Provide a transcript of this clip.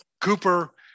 Cooper